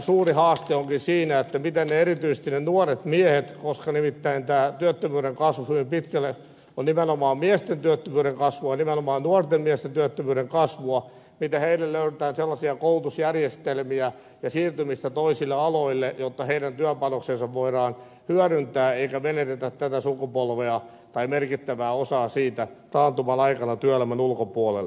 suuri haaste onkin siinä miten erityisesti niille nuorille miehille koska nimittäin työttömyyden kasvu hyvin pitkälle on nimenomaan miesten työttömyyden kasvua ja nimenomaan nuorten miesten työttömyyden kasvua löydetään sellaisia koulutusjärjestelmiä ja siirtymistä toisille aloille jotta heidän työpanoksensa voidaan hyödyntää eikä menetetä tätä sukupolvea tai merkittävää osaa siitä taantuman aikana työelämän ulkopuolelle